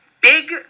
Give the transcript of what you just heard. big